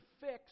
fix